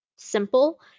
simple